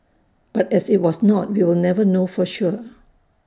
but as IT was not we will never know for sure